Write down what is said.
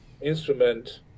instrument